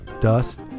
dust